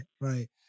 right